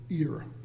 era